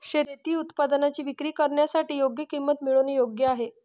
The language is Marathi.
शेती उत्पादनांची विक्री करण्यासाठी योग्य किंमत मिळवणे योग्य आहे